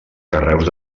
carreus